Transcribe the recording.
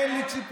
אין לי ציפיות,